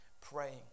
praying